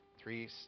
three